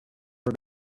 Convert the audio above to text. for